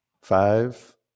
five